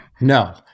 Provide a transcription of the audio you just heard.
No